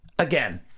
Again